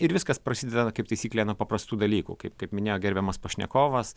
ir viskas prasideda kaip taisyklė nuo paprastų dalykų kaip kaip minėjo gerbiamas pašnekovas